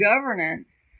governance